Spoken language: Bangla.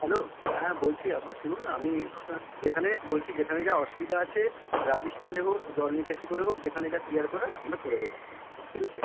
হ্যালো হ্যাঁ বলছি আপ শুনুন না আমি আপনার যেখানে বলছি যেখানে যা অসুবিধা আছে রাবিশ ফেলে হোক জল নিকাশি করে হোক যেখানে যা ক্লিয়ার করার আমরা করে দেবো ঠিক আছে